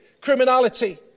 criminality